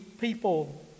people